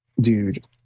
dude